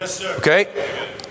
Okay